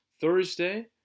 Thursday